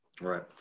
Right